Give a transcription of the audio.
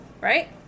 Right